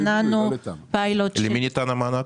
התנענו פיילוט --- למי ניתן המענק?